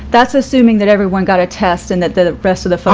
that's assuming that everyone got a test and that the rest of the fall?